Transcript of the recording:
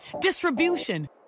distribution